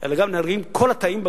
אלא נהרגים כל התאים בגוף,